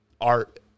art